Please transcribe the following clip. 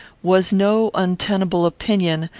was no untenable opinion,